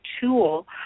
tool